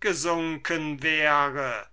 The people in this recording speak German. erliegen müssen wäre